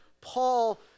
Paul